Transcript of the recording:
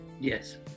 Yes